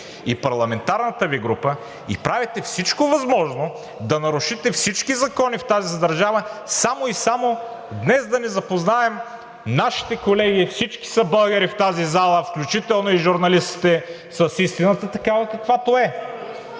и парламентарната Ви група стоите и правите всичко възможно да нарушите всички закони в тази държава, само и само днес да не запознаем нашите колеги – всички са българи в тази зала, включително и журналистите, с истината, такава, каквато е.